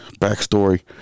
backstory